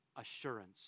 Assurance